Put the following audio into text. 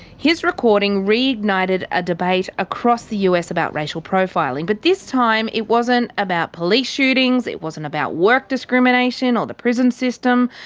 his recording reignited a debate across the us about racial profiling but this time it wasn't about police shootings, it wasn't about work discrimination or the prison system.